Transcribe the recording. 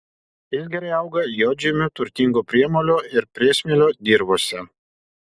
jis gerai auga juodžemiu turtingo priemolio ir priesmėlio dirvose